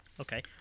okay